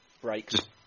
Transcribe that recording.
breaks